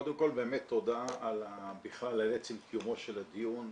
קודם כל באמת תודה בכלל על עצם קיומו של הדיון.